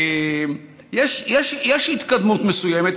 יש התקדמות מסוימת.